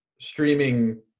streaming